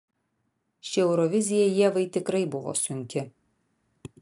ši eurovizija ievai tikrai buvo sunki